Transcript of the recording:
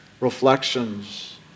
reflections